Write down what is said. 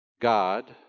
God